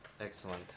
Excellent